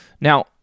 Now